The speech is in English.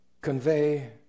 convey